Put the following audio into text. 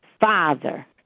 father